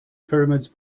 pyramids